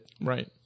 right